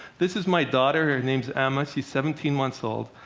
this is my daughter, her name's emma, she's seventeen months old.